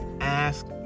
ask